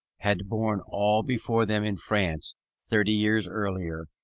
had borne all before them in france thirty years earlier,